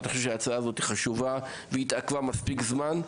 אני חושב שההצעה הזאת חשובה והיא התעכבה מספיק זמן,